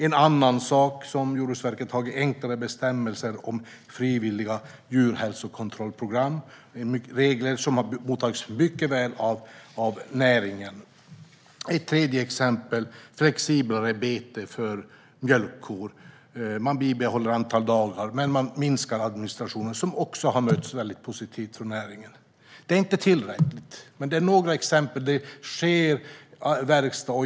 Ett annat exempel är enklare bestämmelser om frivilliga djurhälsoprogram. Dessa regler har mottagits mycket väl av näringen. Ett tredje exempel är flexiblare bete för mjölkkor. Man bibehåller antalet dagar men minskar administrationen. Detta har också tagits emot positivt av näringen. Det är inte tillräckligt, men det är några exempel på att vi har en verkstad.